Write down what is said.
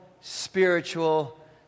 spiritual